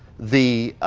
the